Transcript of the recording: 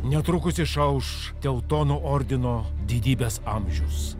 netrukus išauš teutonų ordino didybės amžius